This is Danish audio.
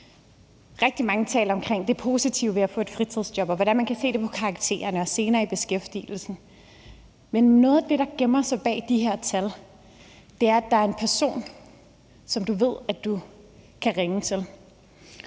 Rigtig mange taler om det positive ved at få et fritidsjob, og hvordan man kan se det på karaktererne og senere i beskæftigelsen, men noget af det, der gemmer sig bag de her tal, er, at der er en person, som du ved du kan ringe til.